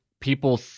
people